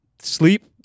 sleep